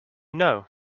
know